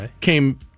came